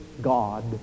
God